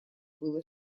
было